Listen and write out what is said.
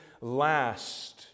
last